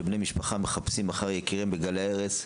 בני משפחה מחפשים אחרי יקיריהם בגלי ההרס,